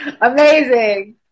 Amazing